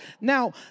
now